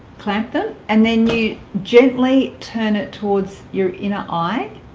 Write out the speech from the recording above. plant them and then you gently turn it towards your inner eye